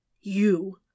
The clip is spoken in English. You